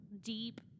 deep